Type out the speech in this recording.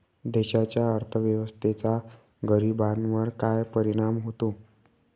देशाच्या अर्थव्यवस्थेचा गरीबांवर काय परिणाम होतो